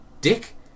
dick